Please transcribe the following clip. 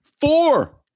four